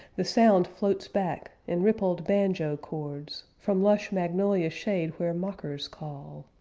the sound floats back, in rippled banjo chords, from lush magnolia shade where mockers call.